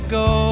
go